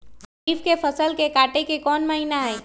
खरीफ के फसल के कटे के कोंन महिना हई?